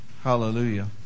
Hallelujah